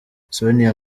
sonia